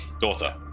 daughter